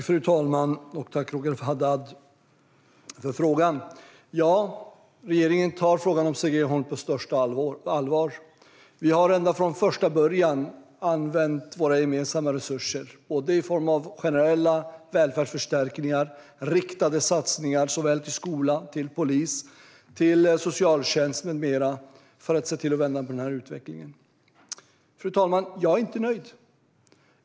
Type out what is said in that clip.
Fru talman! Tack för frågan, Roger Haddad! Ja, regeringen tar frågan om segregation på största allvar. För att se till att vända den här utvecklingen har vi från första början använt våra gemensamma resurser, i form av generella välfärdsförstärkningar och riktade satsningar till såväl skola som polis och socialtjänst med mera. Fru talman! Jag är inte nöjd.